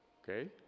okay